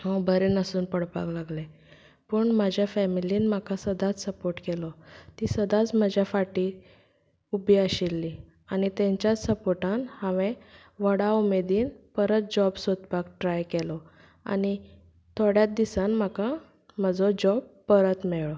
हांव बरें नासून पडपाक लागलें पूण म्हज्या फॅमिलीन म्हाका सदांच सपोर्ट केलो ती सदांच म्हज्या फाटीं उबी आशिल्लीं आनी तेंच्याच सपोर्टान हावें व्हडा उमेदीन परत जॉब सोदपाक ट्राय केलो आनी थोड्याच दिसान म्हाका म्हजो जॉब परत मेळ्ळो